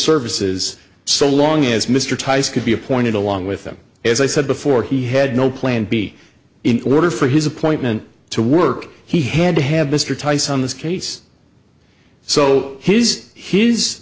services so long as mr tice could be appointed along with them as i said before he had no plan b in order for his appointment to work he had to have mr tyson on this case so his h